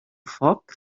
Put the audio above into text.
foc